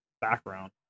background